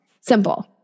Simple